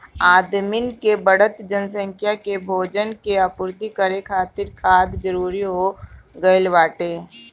आदमिन के बढ़त जनसंख्या के भोजन के पूर्ति करे खातिर खाद जरूरी हो गइल बाटे